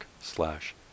slash